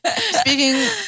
Speaking